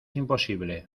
imposible